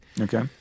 Okay